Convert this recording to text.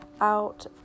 out